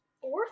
Fourth